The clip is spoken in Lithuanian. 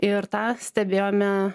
ir tą stebėjome